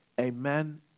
amen